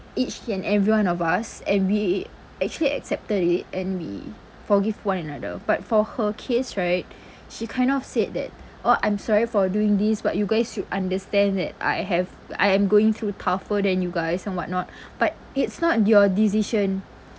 each and everyone of us and we actually accepted it and we forgive one another but for her case right she kind of said that oh I'm sorry for doing this but you guys should understand that I have I am going through tougher than you guys and whatnot but it's not your decision